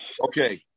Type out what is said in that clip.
okay